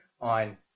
on